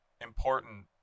important